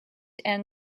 and